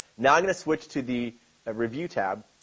now i'm going to switch to the ah review tab,